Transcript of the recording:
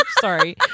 sorry